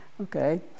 okay